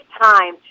time